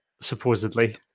supposedly